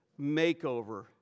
makeover